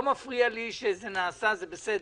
לא מפריע לי שזה נעשה, זה בסדר,